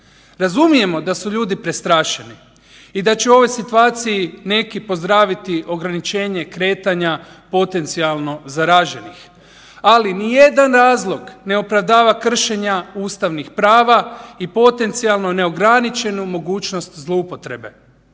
Razumijemo da su ljudi prestrašeni i da će u ovoj situaciji neki pozdraviti ograničenje kretanja potencijalno zaraženih. Ali nijedan razlog ne opravdava kršenja ustavnih prava i potencijalno neograničenu mogućnost zloupotrebe.